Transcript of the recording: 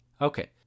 Okay